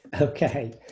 Okay